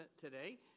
today